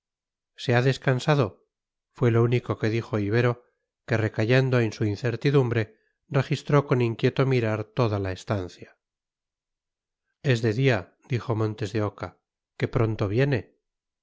se ha descansado fue lo único que dijo ibero que recayendo en su incertidumbre registró con inquieto mirar toda la estancia es de día dijo montes de oca qué pronto viene